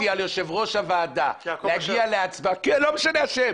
לא משנה השם.